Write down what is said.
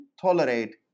tolerate